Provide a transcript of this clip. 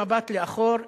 במבט לאחור,